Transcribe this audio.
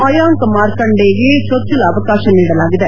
ಮಾಯಾಂಕ್ ಮಾರ್ಕಂಡೇಗೆ ಚೊಚ್ಚಲ ಅವಕಾಶ ನೀಡಲಾಗಿದೆ